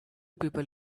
people